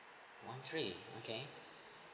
one three okay